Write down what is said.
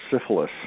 syphilis